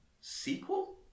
sequel